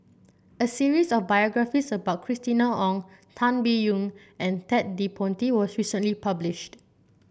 a series of biographies about Christina Ong Tan Biyun and Ted De Ponti was recently published